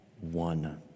one